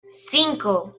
cinco